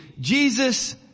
Jesus